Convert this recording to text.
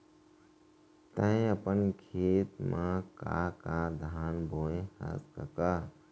त अपन खेत म का का धान बोंए हस कका?